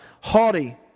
Haughty